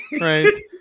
right